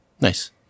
nice